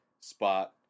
spot